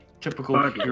Typical